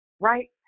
right